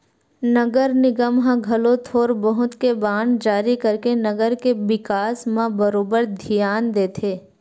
नगर निगम ह घलो थोर बहुत के बांड जारी करके नगर के बिकास म बरोबर धियान देथे